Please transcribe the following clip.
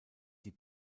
die